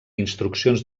instruccions